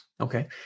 Okay